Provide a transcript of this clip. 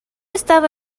estaba